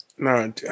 No